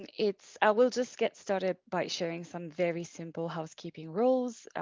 and it's i will just get started by sharing some very simple housekeeping rules.